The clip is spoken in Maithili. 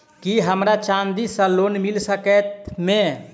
की हमरा चांदी सअ लोन मिल सकैत मे?